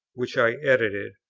which i edited,